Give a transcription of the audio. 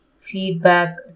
feedback